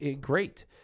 great